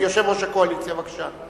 יושב-ראש הקואליציה, בבקשה.